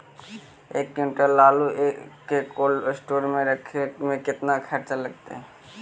एक क्विंटल आलू के कोल्ड अस्टोर मे रखे मे केतना खरचा लगतइ?